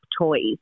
toys